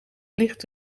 ligt